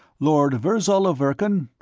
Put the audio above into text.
lord virzal of verkan?